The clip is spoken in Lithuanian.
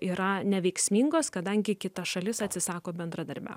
yra neveiksmingos kadangi kita šalis atsisako bendradarbiaut